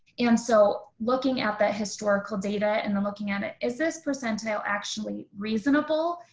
and so looking at that historical data and then looking at it. is this percent now actually reasonable?